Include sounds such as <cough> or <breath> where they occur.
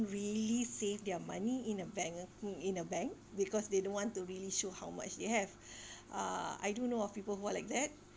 really save their money in a bank acc~ in a bank because they don't want to really show how much they have <breath> uh I do know of people who are like that